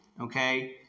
Okay